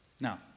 Now